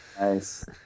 nice